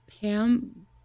Pam